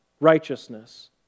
righteousness